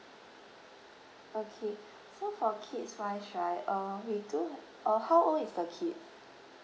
okay so for kids wise right uh we do uh how old is the kid